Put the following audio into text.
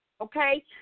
Okay